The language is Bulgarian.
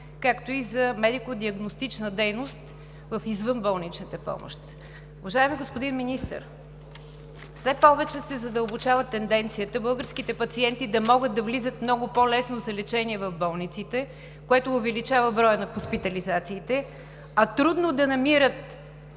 както и за медико-диагностична дейност в извънболничната помощ. Уважаеми господин Министър, все повече се задълбочава тенденцията българските пациенти да могат да влизат много по лесно за лечение в болниците, което увеличава броя на хоспитализациите, а трудно да намират